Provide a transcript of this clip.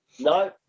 No